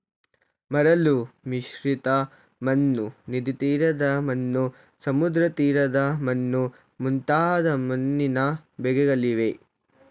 ಮರಳು ಮಿಶ್ರಿತ ಮಣ್ಣು, ನದಿತೀರದ ಮಣ್ಣು, ಸಮುದ್ರತೀರದ ಮಣ್ಣು ಮುಂತಾದ ಮಣ್ಣಿನ ಬಗೆಗಳಿವೆ